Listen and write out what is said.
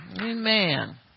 Amen